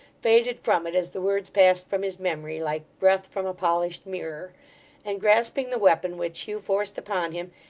faded from it as the words passed from his memory, like breath from a polished mirror and grasping the weapon which hugh forced upon him,